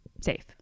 safe